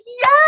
yes